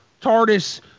TARDIS